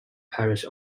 parish